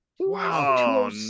Wow